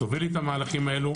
תובילי את המהלכים האלו.